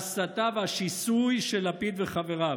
ההסתה והשיסוי של לפיד וחבריו.